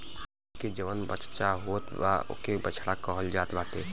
गाई के जवन बच्चा होत बा ओके बछड़ा कहल जात बाटे